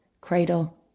cradle